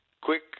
quick